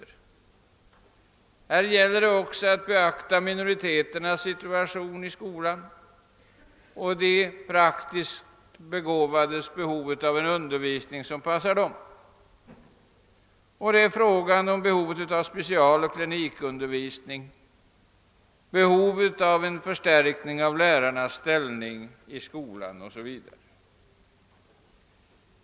Här gäller det också att beakta minoriteternas situation i skolan liksom de praktiskt begåvades behov av en undervisning som passar dem. Det är vidare fråga om specialoch klinikundervisning, förstärkning av lärarnas ställning i skolan, o. s. Vv.